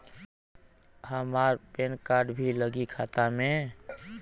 हमार PAN card भी लगी खाता में?